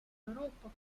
euroopa